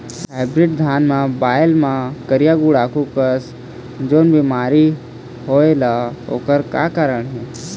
Hybrid धान के बायेल मां करिया गुड़ाखू कस जोन बीमारी होएल ओकर का कारण हे?